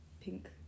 pink